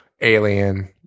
alien